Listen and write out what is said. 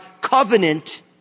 covenant